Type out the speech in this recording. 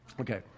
Okay